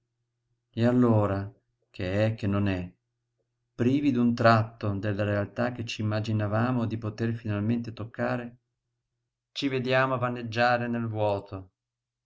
e allora che è che non è privi d'un tratto della realtà che c'immaginavamo di poter finalmente toccare ci vediamo vaneggiare nel vuoto